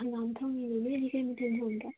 ꯍꯪꯒꯥꯝ ꯊꯣꯡꯉꯦ ꯅꯣꯏꯗꯤ ꯀꯔꯤ ꯃꯊꯦꯜ ꯊꯦꯡꯒꯦ